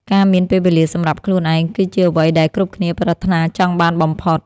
ការមានពេលវេលាសម្រាប់ខ្លួនឯង គឺជាអ្វីដែលគ្រប់គ្នាប្រាថ្នាចង់បានបំផុត។